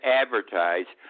advertise